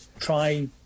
Try